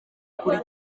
kuri